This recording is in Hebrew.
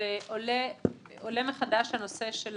עולה מחדש הנושא של